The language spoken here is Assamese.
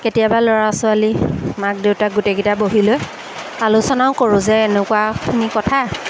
কেতিয়াবা ল'ৰা ছোৱালী মাক দেউতাক গোটেইকেইটা বহি লৈ আলোচনাও কৰোঁ যে এনেকুৱাখিনি কথা